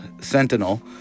Sentinel